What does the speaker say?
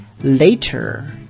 later